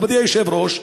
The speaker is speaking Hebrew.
מכובדי היושב-ראש,